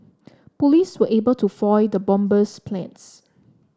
police were able to foil the bomber's plans